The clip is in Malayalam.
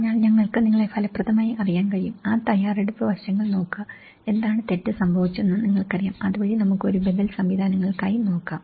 അതിനാൽ ഞങ്ങൾക്ക് നിങ്ങളെ ഫലപ്രദമായി അറിയാൻ കഴിയും ആ തയ്യാറെടുപ്പ് വശങ്ങൾ നോക്കുക എന്താണ് തെറ്റ് സംഭവിച്ചതെന്ന് നിങ്ങൾക്കറിയാം അതുവഴി നമുക്ക് ഒരു ബദൽ സംവിധാനങ്ങൾക്കായി നോക്കാം